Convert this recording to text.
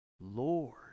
Lord